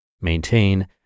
maintain